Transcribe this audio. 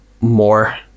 more